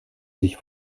sich